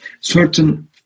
certain